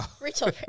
Rachel